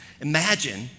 Imagine